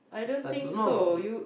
I don't know about